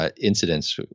incidents